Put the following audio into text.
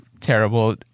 terrible